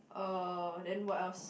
uh then what else